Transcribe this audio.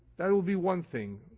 that will be one thing.